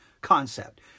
concept